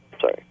Sorry